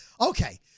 Okay